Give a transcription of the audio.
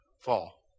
Fall